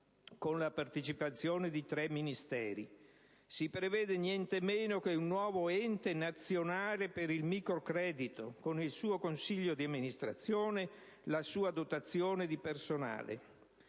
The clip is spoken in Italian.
con la partecipazione di tre Ministeri. Si prevede nientemeno che un nuovo Ente nazionale per il microcredito, con il suo consiglio di amministrazione, la sua dotazione di personale.